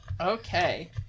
Okay